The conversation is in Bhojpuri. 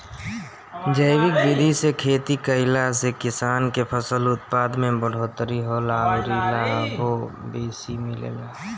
जैविक विधि से खेती कईला से किसान के फसल उत्पादन में बढ़ोतरी होला अउरी लाभो बेसी मिलेला